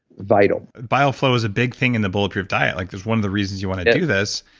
vital bile flow is a big thing in the bulletproof diet, like that's one of the reasons you want to do this.